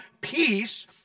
peace